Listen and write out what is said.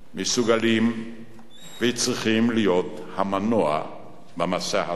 מסוגלים וצריכים להיות המנוע למסע הזה.